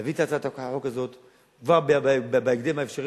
להביא את הצעת החוק הזו בהקדם האפשרי,